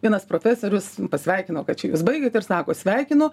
vienas profesorius pasveikino kad čia jūs baigėt ir sako sveikinu